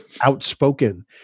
Outspoken